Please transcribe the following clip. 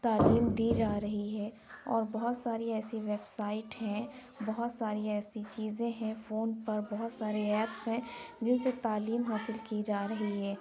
تعلیم دی جارہی ہے اور بہت ساری ایسی ویب سائٹ ہیں بہت ساری ایسی چیزیں ہیں فون پر بہت سارے ایپس ہیں جن سے تعلیم حاصل کی جا رہی ہے